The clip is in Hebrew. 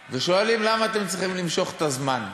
ושואלים: למה אתם צריכים למשוך את הזמן?